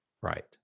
Right